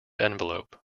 envelope